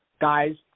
guys